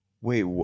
wait